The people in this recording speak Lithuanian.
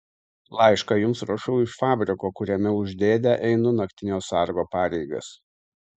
laišką jums rašau iš fabriko kuriame už dėdę einu naktinio sargo pareigas